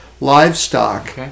livestock